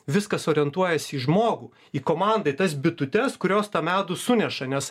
viskas orientuojasi į žmogų į komandą į tas bitutes kurios tą medų suneša nes